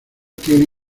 tiene